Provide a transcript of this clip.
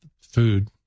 food